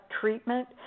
treatment